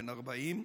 בן 40,